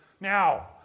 Now